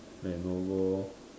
lenovo